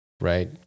right